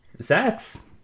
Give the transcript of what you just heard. sex